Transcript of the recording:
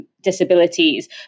disabilities